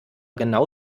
genau